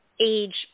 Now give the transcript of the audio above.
age